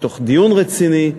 ותוך דיון רציני,